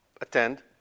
attend